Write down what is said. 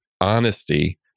honesty